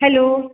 hello